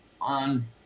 on